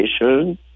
education